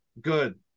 good